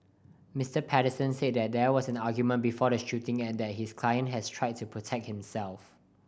Mister Patterson said that there was an argument before the shooting and that his client had tried to protect himself